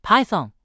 ,Python